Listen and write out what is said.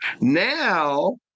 Now